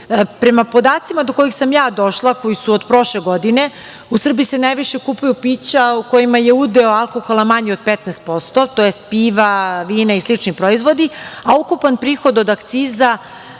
podacima do kojih sam ja došla, koji su od prošle godine, u Srbiji se najviše kupuju pića u kojima je udeo alkohola manji od 15%, tj. piva, vina i slični proizvodi, a ukupan prihod od akciza